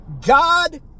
God